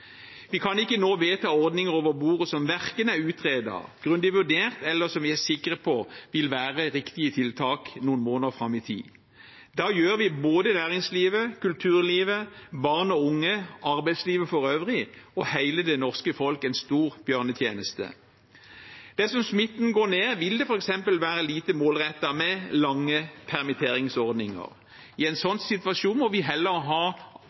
Vi kan ikke nå vedta ordninger over bordet, som verken er utredet, grundig vurdert eller som vi kan være sikre på vil være riktige tiltak noen måneder fram i tid. Da gjør vi både næringslivet, kulturlivet, barn og unge, arbeidslivet for øvrig og hele det norske folk en stor bjørnetjeneste. Dersom smitten går ned, vil det f.eks. være lite målrettet med lange permitteringsordninger. I en sånn situasjon må vi heller ha